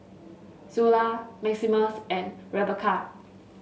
Zula Maximus and Rebekah